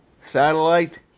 satellite